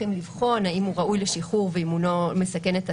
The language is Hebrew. צריכים לבחון האם הוא ראוי לשחרור ואם אינו מסכן את הציבור,